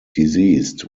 diseased